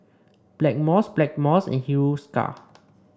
Blackmores Blackmores and Hiruscar